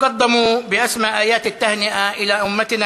ברצוני למסור את מיטב האיחולים לאומתנו